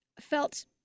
felt